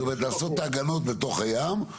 זאת אומרת לעשות את ההגנות בתוך הים,